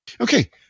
Okay